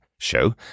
show